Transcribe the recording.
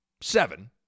Seven